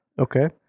Okay